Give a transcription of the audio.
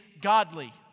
godly